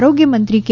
આરોગ્ય મંત્રી કે